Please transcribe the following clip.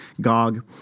Gog